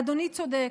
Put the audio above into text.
אדוני צודק.